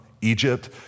Egypt